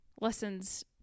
lessons